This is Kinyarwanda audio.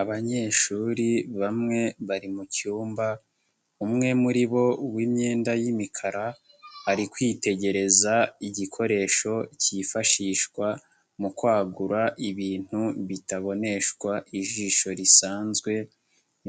Abanyeshuri bamwe bari mu cyumba umwe muri bo w'imyenda y'imikara ari kwitegereza igikoresho cyifashishwa mu kwagura ibintu bitaboneshwa ijisho risanzwe,